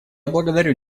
благодарю